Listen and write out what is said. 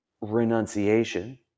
renunciation